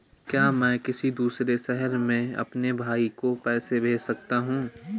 क्या मैं किसी दूसरे शहर में अपने भाई को पैसे भेज सकता हूँ?